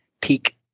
peak